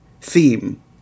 theme